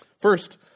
First